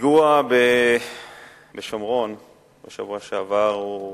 הפיגוע בשומרון בשבוע שעבר הוא